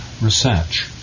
research